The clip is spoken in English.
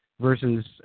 versus